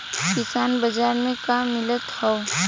किसान बाजार मे का मिलत हव?